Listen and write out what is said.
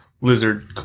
lizard